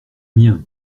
miens